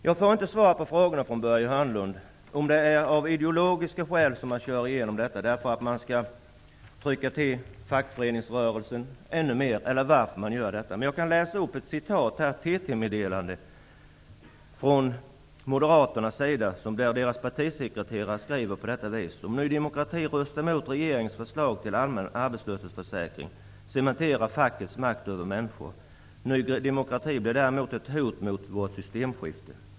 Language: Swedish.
Jag får inte svar från Börje Hörnlund på frågan om det är av ideologiska skäl som man kör igenom detta, för att man skall trycka till fackföreningsrörelsen ännu mer. Jag kan citera ett TT-meddelande där Moderaternas partisekreterare säger: ''Om ny demokrati röstar emot regeringens förslag till allmän arbetslöshetsförsäkring cementeras fackets makt över människorna. Nyd blir därmed ett hot mot systemskiftet.''